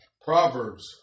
Proverbs